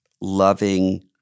loving